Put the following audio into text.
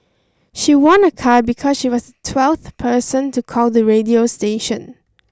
she won a car because she was twelfth person to call the radio station